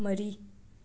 ꯃꯔꯤ